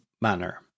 manner